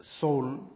soul